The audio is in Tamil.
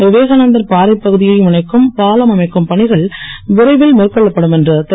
விவேகானந்தர் பாறை பகுதியையும் இணைக்கும் பாலம் அமைக்கும் பணிகள் விரைவில் மேற்கொள்ளப்படும் என்று திரு